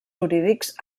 jurídics